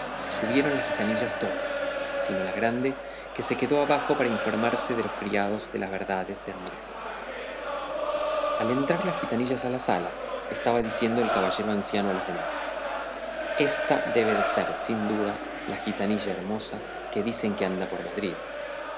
subieron las gitanillas todas sino la grande que se quedó abajo para informarse de los criados de las verdades de andrés al entrar las gitanillas en la sala estaba diciendo el caballero anciano a los demás ésta debe de ser sin duda la gitanilla hermosa que dicen que anda por madrid